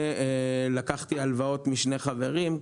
ולקחתי הלוואות משני חברים,